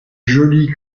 jolie